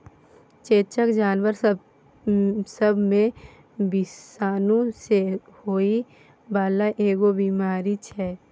चेचक जानबर सब मे विषाणु सँ होइ बाला एगो बीमारी छै